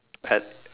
Pat~